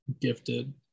gifted